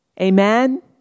Amen